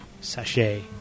Sachet